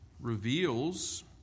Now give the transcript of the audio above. reveals